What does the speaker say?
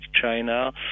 China